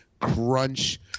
Crunch